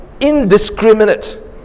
indiscriminate